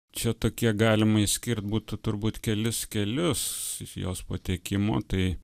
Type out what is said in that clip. čia tokie galima išskirt būtų turbūt kelis kelius jos patekimo tai